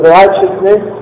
righteousness